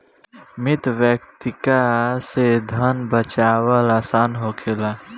मितव्ययिता से धन बाचावल आसान होखेला